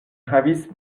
havis